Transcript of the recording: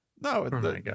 no